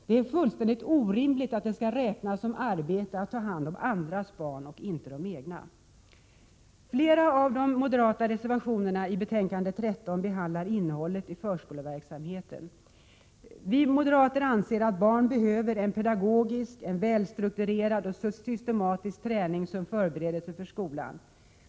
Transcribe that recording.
Det är fullständigt orimligt att det skall räknas som arbete att ta hand om andras barn och inte de egna. Flera av de moderata reservationerna i betänkande 13 behandlar innehållet i förskoleverksamheten. Vi moderater anser att barn behöver en pedagogisk, välstrukturerad och systematisk träning som förberedelse för skolan.